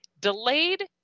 delayed